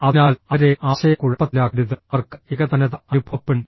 അതിനാൽ അവരെ ആശയക്കുഴപ്പത്തിലാക്കരുത് അവർക്ക് ഏകതാനത അനുഭവപ്പെടും